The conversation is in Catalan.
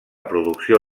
producció